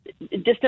distant